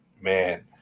man